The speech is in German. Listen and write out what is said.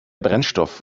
brennstoff